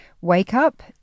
wake-up